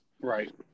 Right